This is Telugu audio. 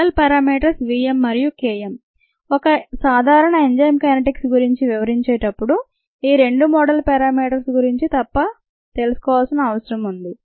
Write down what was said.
మోడల్ పేరామీటర్స్ v m మరియు K m ఒక సాధారణ ఎంజైమ్ కైనెటిక్స్ గురించి వివరిచేప్పుడు ఈ రెండు మోడల్ పేరమీటర్ల గురించి తప్ప తెలుసుకోవాల్సిన అవసరం ఉంది